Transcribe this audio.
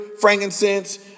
frankincense